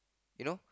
you know